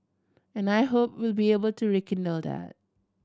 and I hope we'll be able to rekindle that